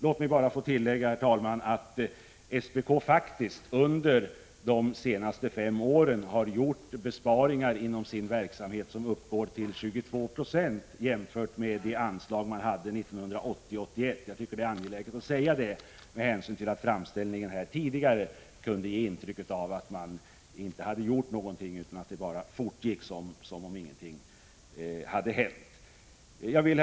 Låt mig bara få tillägga, herr talman, att SPK under de senaste fem åren faktiskt har gjort besparingar inom sin verksamhet som uppgår till 22 9e jämfört med det anslag man hade budgetåret 1980/81. Jag tycker att det är angeläget att framhålla detta, eftersom tidigare framställningar här kunde ge intryck av att man inte hade gjort någonting utan bara fortsatt som om ingenting hade hänt. Herr talman!